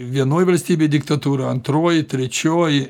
vienoj valstybėj diktatūra antroj trečioj